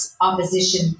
opposition